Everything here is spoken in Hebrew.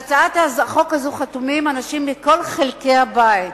על הצעת החוק הזאת חתומים אנשים מכל חלקי הבית: